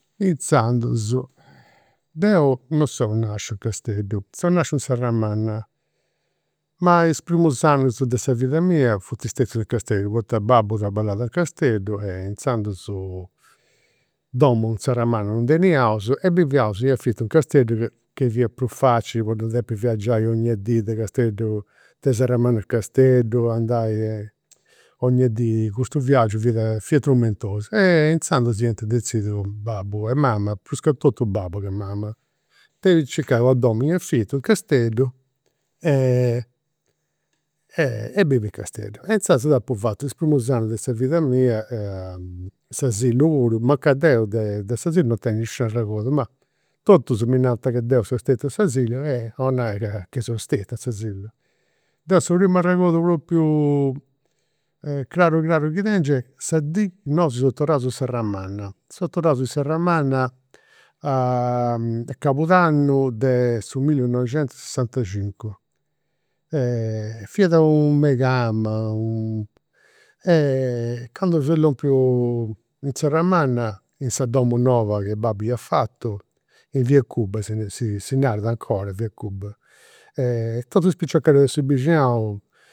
Inzandus, deu non seu nasciu in Casteddu, seu nasciu in Serramanna, ma is primus annus de sa vida mia funt stetius in Casteddu poita babbu traballat in Casteddu e inzandus domu in Serramanna non ndi teniaus e biviaus in affitu in Casteddu, ca fiat prus facili po non depi viaggiai 'onnia dì de Casteddu, de Serramanna a Casteddu, andai 'onnia dì, custu viaggiu fiat, fiat trumentosu. Inzandus iant dezidiu babbu e mama, pruscatotu babbu che mama, de circai una domu in affitu in Casteddu e e bivi in Casteddu. Inzaras deu apu fatu is primus annus de sa vida mia a s'asilu puru, mancai deu de s'asilu non tengiu nisciunu arregodu, ma totus mi nant che deu seu a s'asilu, oi nai ca seu stetiu. Deu su primu arregodu propriu craru craru chi tengiu est sa dì chi nosu seus torraus in Serramanna. Seus torraus in Serramanna a cabudannu de su millinoixentusesantacincu, fiat u' meigama, e candu fia lompiu in Serramanna, in sa domu noba chi babbu iat fatu, in via Cuba si si narat 'ncora via Cuba, totus is piciochedus de su bixinau